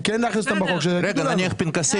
אם להכניס